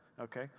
Okay